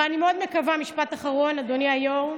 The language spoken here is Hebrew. ואני מאוד מקווה, משפט אחרון, אדוני היו"ר.